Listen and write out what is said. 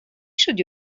should